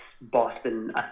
Boston